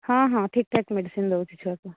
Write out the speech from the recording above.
ହଁ ହଁ ଠିକ୍ ଠାକ୍ ମେଡ଼ିସିନ୍ ଦେଉଛି ଛୁଆକୁ